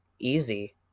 Easy